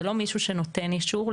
זה לא מישהו שנותן אישור.